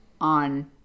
on